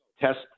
test